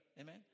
amen